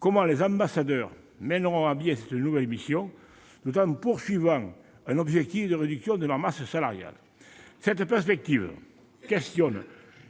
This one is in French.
comment les ambassadeurs mèneront à bien cette nouvelle mission tout en poursuivant un objectif de réduction de leur masse salariale ? Cette perspective pose question sur